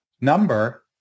number